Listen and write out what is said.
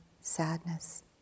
sadness